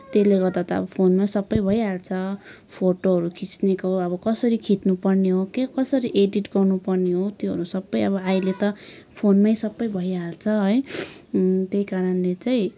त्यसले गर्दा त अब फोनमै सबै भइहाल्छ फोटोहरू खिच्नेको अब कसरी खिच्नुपर्ने हो के कसरी एडिट गर्नुपर्ने हो त्योहरू सबै अब अहिले त फोनमै सबै भइहाल्छ है त्यही कारणले चाहिँ